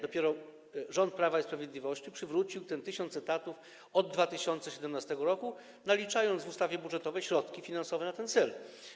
Dopiero rząd Prawa i Sprawiedliwości przywrócił ten 1 tys. etatów od 2017 r., naliczając w ustawie budżetowej środki finansowe na ten cel.